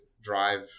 drive